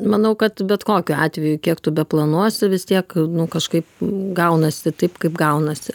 manau kad bet kokiu atveju kiek tu beplanuosi vis tiek kažkaip gaunasi taip kaip gaunasi